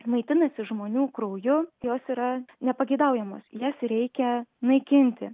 maitinasi žmonių krauju jos yra nepageidaujamos jas reikia naikinti